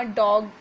dog